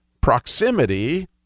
proximity